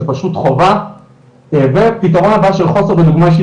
זה פשוט חובה ופתרון הבא של חוסר בדוגמא אישית